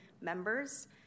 members